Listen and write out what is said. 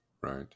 right